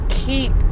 keep